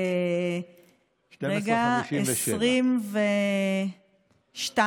12:56. רגע,